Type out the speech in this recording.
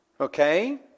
Okay